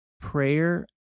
Prayer